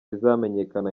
bizamenyekana